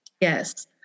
Yes